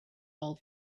all